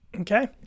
Okay